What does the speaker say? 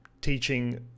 teaching